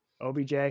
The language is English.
OBJ